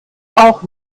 auch